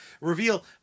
reveal